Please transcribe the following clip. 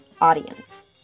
audience